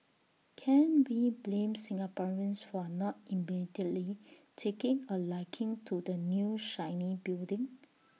can we blame Singaporeans for not immediately taking A liking to the new shiny building